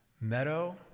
Meadow